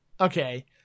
Okay